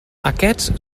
aquests